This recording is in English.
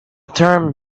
term